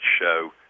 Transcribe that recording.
show